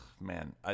man